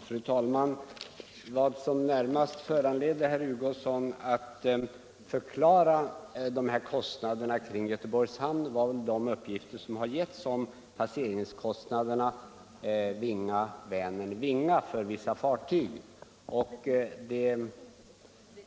Fru talman! Vad som närmast föranledde herr Hugosson att förklara kostnaderna kring Göteborgs hamn var väl de uppgifter som lämnats om passeringskostnaderna Vinga-Vänern-Vinga för vissa fartyg. Det